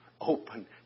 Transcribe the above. Open